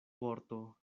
vorto